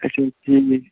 اَچھا ٹھیٖک